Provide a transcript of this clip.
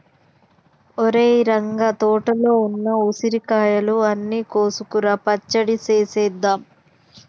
ఒరేయ్ రంగ తోటలో ఉన్న ఉసిరికాయలు అన్ని కోసుకురా పచ్చడి సేసేద్దాం